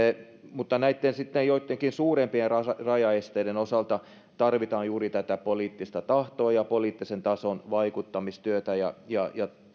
mutta näitten joittenkin suurempien rajaesteiden osalta tarvitaan juuri tätä poliittista tahtoa ja poliittisen tason vaikuttamistyötä ja ja